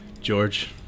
George